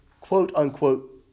quote-unquote